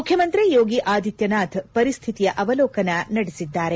ಮುಖ್ಯಮಂತ್ರಿ ಯೋಗಿ ಆದಿತ್ಯನಾಥ್ ಪರಿಸ್ಥಿತಿಯ ಅವಲೋಕನ ನಡೆಸಿದ್ದಾರೆ